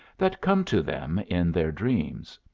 that come to them in their dreams.